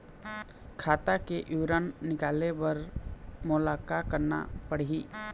खाता के विवरण निकाले बर मोला का करना पड़ही?